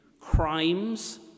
crimes